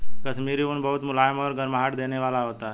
कश्मीरी ऊन बहुत मुलायम और गर्माहट देने वाला होता है